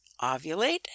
ovulate